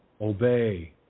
obey